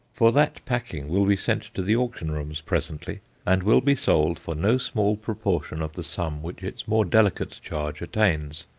for that packing will be sent to the auction-rooms presently, and will be sold for no small proportion of the sum which its more delicate charge attains.